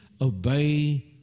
obey